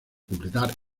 completar